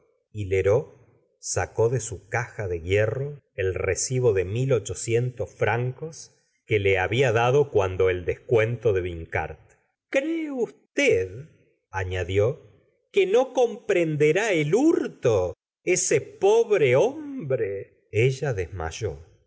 lheureux sacó de su caja de hierro el recibo la se ora de bovary gustavo f'laubert de mil ochocientos francos que le había dado cuando el descuento de vincart cree usted anadió que no comprenderá el hurto ese pobre hombre ella delnayó